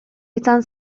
izan